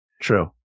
True